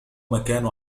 مكان